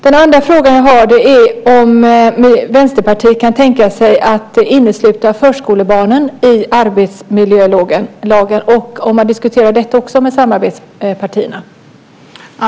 Den andra frågan jag har är om Vänsterpartiet kan tänka sig att innesluta förskolebarnen i arbetsmiljölagen och om man diskuterar detta också med samarbetspartierna.